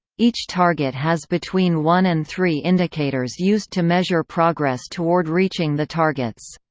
each target has between one and three indicators used to measure progress toward reaching the targets.